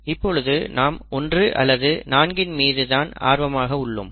இப்பொழுது நாம் 1 அல்லது 4 இன் மீது தான் ஆர்வமாக உள்ளோம்